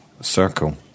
circle